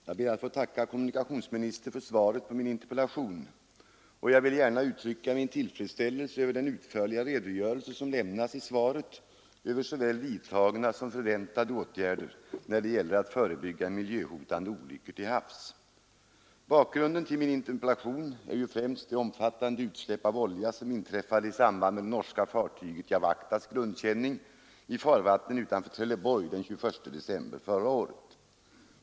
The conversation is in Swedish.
Fru talman! Jag tackar kommunikationsministern för svaret på min interpellation, och jag vill gärna uttrycka min tillfredsställelse över den utförliga redogörelse som lämnas i svaret över såväl vidtagna som förväntade åtgärder när det gäller att förebygga miljöhotande olyckor till havs. Bakgrunden till min interpellation är främst det omfattande utsläpp av olja som inträffade i samband med det norska fartyget Jawachtas grundkänning i farvattnen utanför Trelleborg den 21 december förra året.